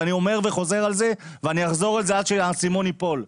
ואני אומר וחוזר על זה ואני אחזור על זה עד שהאסימון ייפול.